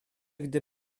gdy